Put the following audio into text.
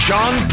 John